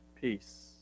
Peace